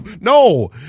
No